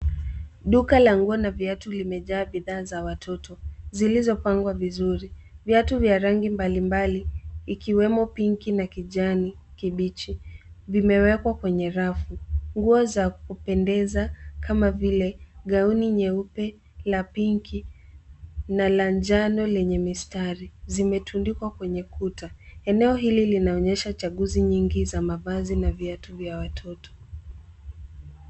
Duka la nguo na viatu limejaa bidhaa za watoto zilizopangwa vizuri. Viatu vya rangi mbalimbali ikiwemo pink na kijani kibichi vimewekwa kwenye rafu. Nguo za kupendeza kama vile gauni nyeupe la pink na la njano lenye mistari, zimetundikwa kwenye kuta. Eneo hili linaonyesha chaguzi nyingi za mavazi na viatu vya watoto.